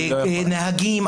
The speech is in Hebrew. נהגים,